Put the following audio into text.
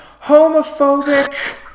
homophobic